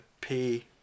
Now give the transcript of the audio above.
pay